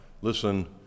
Listen